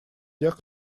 тех